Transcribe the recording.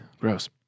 gross